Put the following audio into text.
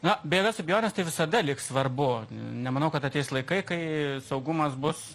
na be jokios abejonės tai visada liks svarbu nemanau kad ateis laikai kai saugumas bus